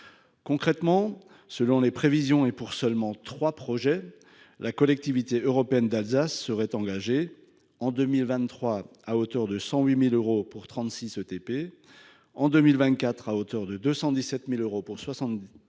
Concrètement, selon les prévisions, pour seulement trois projets, la Collectivité européenne d'Alsace (CEA) serait engagée en 2023 à hauteur de 108 000 euros pour 36 équivalents temps plein (ETP), en 2024 à hauteur de 217 000 euros pour 72 ETP